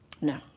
No